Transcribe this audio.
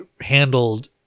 handled